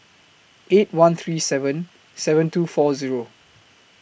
eight one three seven seven two four Zero